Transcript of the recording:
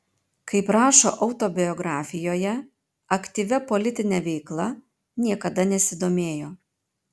kaip rašo autobiografijoje aktyvia politine veikla niekada nesidomėjo